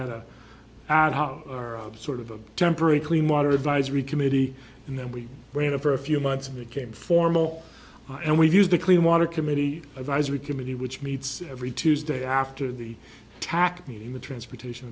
had sort of a temporary clean water advisory committee and then we ran it for a few months and it came formal and we've used the clean water committee advisory committee which meets every tuesday after the attack meeting the transportation